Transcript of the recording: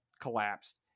collapsed